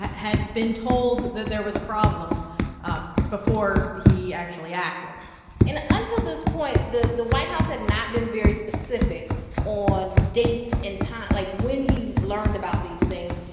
had been told that there was a problem ah before he actually acted and until this point, the the white house had not been very specific on dates and like, when he learned about these things.